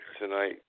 tonight